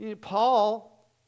Paul